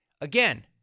Again